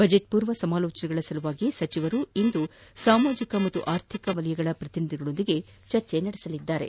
budget ಪೂರ್ವ ಸಮಾಲೋಚನೆಗಳ ಸಲುವಾಗಿ ಸಚಿವರು ಇಂದು ಸಾಮಾಜಿಕ ಮತ್ತು ಆರ್ಥಿಕ ವಲಯಗಳ ಪ್ರತಿನಿಧಿಗಳೊಡನೆ ಚರ್ಚೆ ನಡೆಸಲಿದ್ದಾರೆ